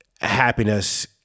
happiness